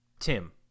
Tim